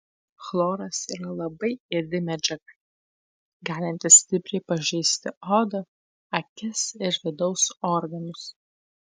chloras yra labai ėdi medžiaga galinti stipriai pažeisti odą akis ir vidaus organus